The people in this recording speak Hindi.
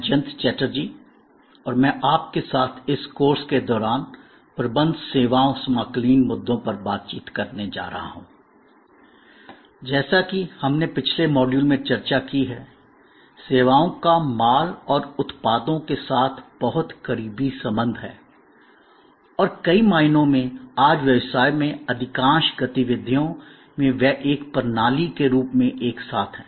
जैसा कि हमने पिछले मॉड्यूल में चर्चा की है सेवाओं का माल और उत्पादों के साथ बहुत करीबी संबंध है और कई मायनों में आज व्यवसाय में अधिकांश गतिविधियों में वे एक प्रणाली के रूप में एक साथ हैं